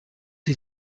sie